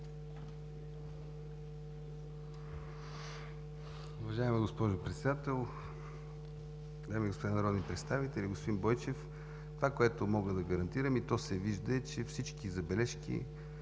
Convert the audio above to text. Уважаема госпожо Председател, дами и господа народни представители, господин Бойчев! Това, което мога да гарантирам, и то се вижда, е, че всички забележки